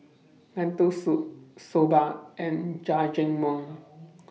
Lentil Soup Soba and Jajangmyeon